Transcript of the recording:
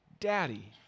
daddy